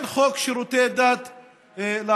אין חוק שירותי דת לערבים,